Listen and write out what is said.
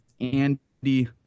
Andy